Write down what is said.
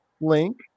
link